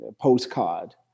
postcard